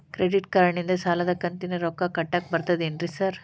Credit ಕಾರ್ಡನಿಂದ ಸಾಲದ ಕಂತಿನ ರೊಕ್ಕಾ ಕಟ್ಟಾಕ್ ಬರ್ತಾದೇನ್ರಿ ಸಾರ್?